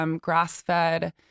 grass-fed